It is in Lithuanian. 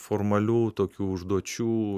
formalių tokių užduočių